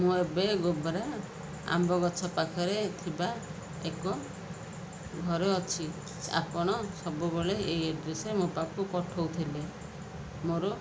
ମୁଁ ଏବେ ଗୋବରା ଆମ୍ବ ଗଛ ପାଖରେ ଥିବା ଏକ ଘରେ ଅଛି ଆପଣ ସବୁବେଳେ ଏଇ ଆଡ଼୍ରେସରେ ମୋ ପାଖକୁ ପଠାଉଥିଲେ ମୋର